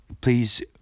please